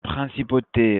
principauté